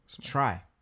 Try